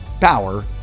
power